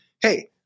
hey